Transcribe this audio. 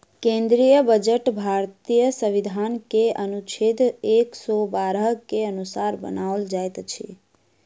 केंद्रीय बजट भारतीय संविधान के अनुच्छेद एक सौ बारह के अनुसार बनाओल जाइत अछि